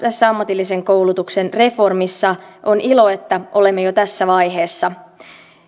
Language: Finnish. tässä ammatillisen koulutuksen reformissa on ilo että olemme jo tässä vaiheessa